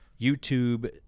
YouTube